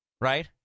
right